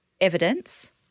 evidence